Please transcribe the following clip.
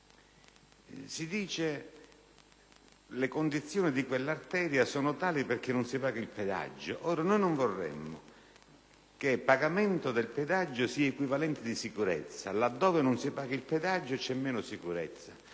Si dice che le condizioni di quell'arteria sono tali perché non si paga il pedaggio; ora noi non vorremmo che il pagamento del pedaggio sia equivalente di sicurezza; che, laddove non si paga il pedaggio, vi sia minore sicurezza;